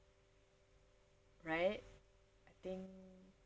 right I think